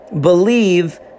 believe